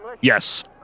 Yes